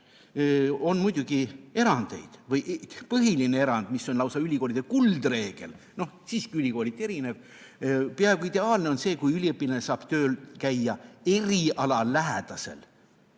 on muidugi erandeid. Põhiline erand, mis on lausa ülikoolide kuldreegel, siiski ülikooliti erinev, peaaegu ideaalne, on see, kui üliõpilane saab töötada erialalähedasel